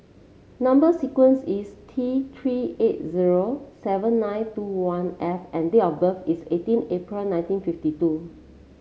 number sequence is T Three eight zero seven nine two one F and date of birth is eighteen April nineteen fifty two